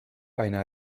aina